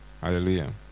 Hallelujah